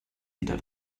wieder